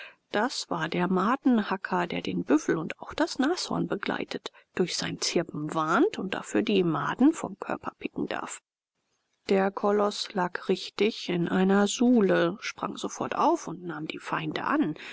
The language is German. das war der madenhacker der den büffel und auch das nashorn begleitet durch sein zirpen warnt und dafür die maden vom körper picken darf der koloß lag richtig in einer sule sprang sofort auf und nahm die feinde an